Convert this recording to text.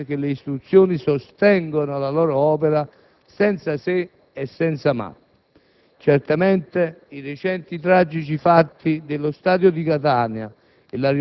del confronto democratico, del pluralismo sociale. Per questo, mentre da un lato ribadisco che l'invito alla maggiore